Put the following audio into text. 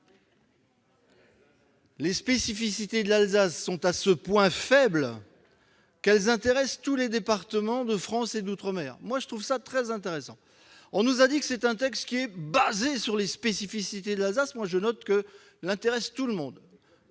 des spécificités de l'Alsace, à ce point faibles qu'elles intéressent tous les départements de France et d'outre-mer. C'est très intéressant. On nous a dit que ce texte se fondait sur les spécificités de l'Alsace ; je note qu'il intéresse tout le monde,